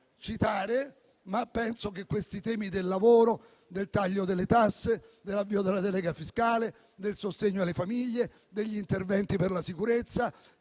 citare, ma penso che i temi del lavoro, del taglio delle tasse, dell'avvio della delega fiscale, del sostegno alle famiglie, degli interventi per la sicurezza,